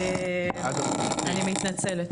אני מתנצלת.